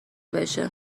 بشه